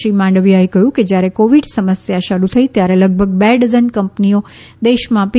શ્રી માંડવીયાએ કહ્યું કે જ્યારે કોવીડ સમસ્યા શરૂ થઈ ત્યારે લગભગ બે ડઝન કંપનીઓ દેશમાં પી